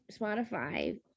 spotify